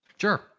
Sure